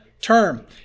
term